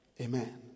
Amen